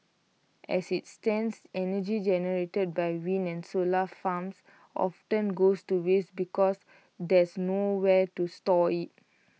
as IT stands energy generated by wind and solar farms often goes to waste because there's nowhere to store IT